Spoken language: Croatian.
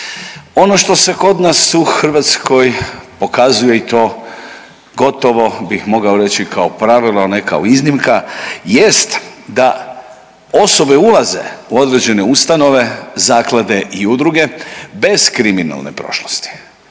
Ono što se kod nas u Hrvatskoj pokazuje i to gotovo bih mogao reći kao pravilo, a ne kao iznimka jest da osobe ulaze u određene ustanove, zaklade i udruge bez kriminalne prošlosti,